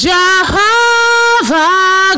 Jehovah